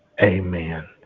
Amen